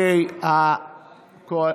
מלכיאלי הודיע